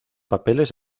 papeles